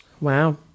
Wow